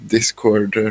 Discord